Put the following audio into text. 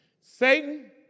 Satan